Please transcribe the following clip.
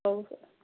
ହଉ